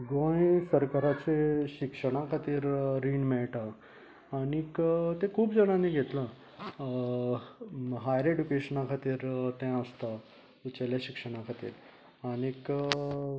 गोंय सरकाराचें शिक्षणा खातीर रीण मेळटात आनीक तें खूब जाणांनी घेतलां हायर एडुकेशना खातीर तें आसता उचेलें शिक्षणा खातीर आनीक